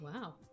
Wow